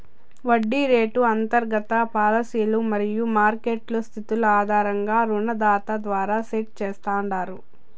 వడ్డీ రేటు అంతర్గత పాలసీలు మరియు మార్కెట్ స్థితుల ఆధారంగా రుణదాత ద్వారా సెట్ చేస్తాండారు